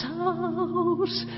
house